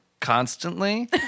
constantly